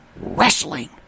wrestling